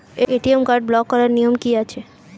ATM card block করার নিয়ম কি আছে?